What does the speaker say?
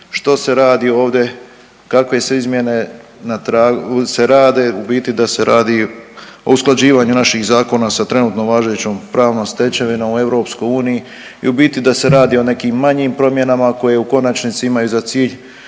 što se radi ovde kakve se izmjene na se rade u biti da se radi o usklađivanju naših zakona sa trenutno važećom pravnom stečevinom u EU i u biti da se radi o nekim manjim promjenama koje u konačnici imaju za cilj